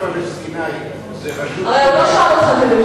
מכיוון שהרשות הפלסטינית, הרי הוא לא שאל אותך.